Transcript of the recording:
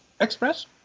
Express